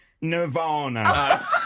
Nirvana